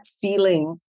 feeling